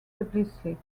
publicly